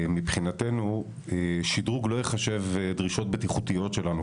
מבחינתנו, שדרוג לא ייחשב דרישות בטיחותיות שלנו.